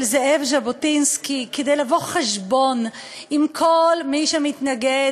זאב ז'בוטינסקי כדי לבוא חשבון עם כל מי שמתנגד